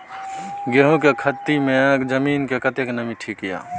गहूम के खेती मे जमीन मे कतेक नमी ठीक ये?